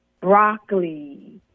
broccoli